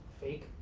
fake?